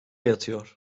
yatıyor